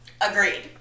Agreed